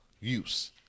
use